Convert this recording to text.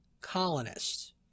colonists